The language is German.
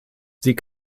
sie